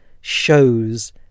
shows